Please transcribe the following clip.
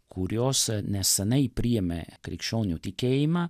kurios neseniai priėmė krikščionių tikėjimą